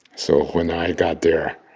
so when i got there,